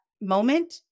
moment